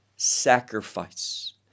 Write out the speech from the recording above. sacrifice